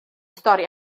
stori